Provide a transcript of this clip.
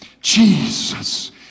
Jesus